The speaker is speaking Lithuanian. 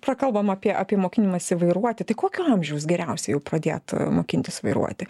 prakalbom apie apie mokinimasi vairuoti tai kokio amžiaus geriausia jau pradėt mokintis vairuoti